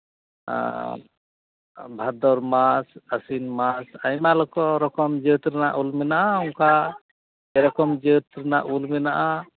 ᱵᱷᱟᱫᱚᱨ ᱢᱟᱥ ᱟᱹᱥᱤᱱ ᱢᱟᱥ ᱟᱭᱢᱟ ᱨᱚᱠᱚᱢ ᱡᱟᱹᱛ ᱨᱮᱱᱟᱜ ᱩᱞ ᱢᱮᱱᱟᱜᱼᱟ ᱚᱱᱠᱟ ᱡᱮᱨᱚᱠᱚᱢ ᱡᱟᱹᱛ ᱨᱮᱱᱟᱜ ᱩᱞ ᱢᱮᱱᱟᱜᱼᱟ